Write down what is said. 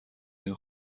این